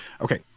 okay